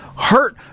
hurt